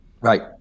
Right